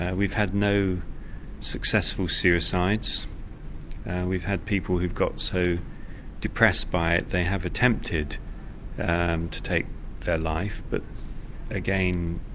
and we've had no successful suicides we've had people who've got so depressed by it they have attempted and to take their life but again,